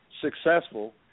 successful